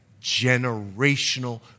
generational